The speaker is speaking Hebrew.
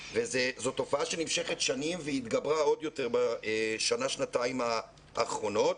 וזאת תופעה שנמשכת שנים והתגברה עוד יותר בשנה-שנתיים האחרונות.